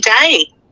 day